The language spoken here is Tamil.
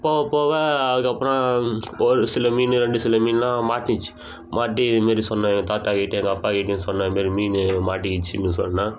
போக போக அதுக்கப்புறம் ஒரு சில மீன் ரெண்டு சில மீனெலாம் மாட்டுனுச்சி மாட்டி இதுமாரி சொன்னேன் எங்கள் தாத்தாக்கிட்ட எங்கள் அப்பாக்கிட்டேயும் சொன்னேன் இது மாரி மீனு மாட்டிக்கிச்சுன்னு சொன்னேன்